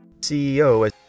CEO